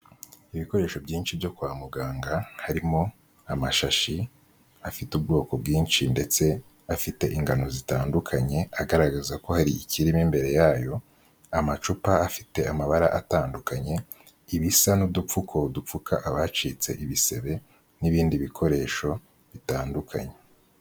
Ibikoresho byinshi byo kwa muganga harimo amashashi afite ubwoko bwinshi ndetse afite ingano zitandukanye agaragaza ko hari ikirimo imbere yayo, amacupa afite amabara atandukanye, ibisa n'udupfuko dupfuka abacitse ibisebe n'ibindi bikoresho bitandukanye.